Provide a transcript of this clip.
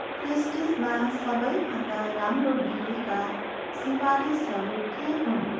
पेस्ट्रिजमा सबै भन्दा राम्रो बिक्रीका सिफारिसहरू के हुन्